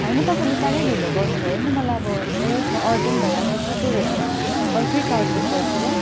होइन तपाईँले साह्रै ढिलो गर्नुभयो नि त मलाई अब उयो छ अर्जेन्ट भइरहेको छ त्यही भएर म अर्कै कार बुक गर्छु ल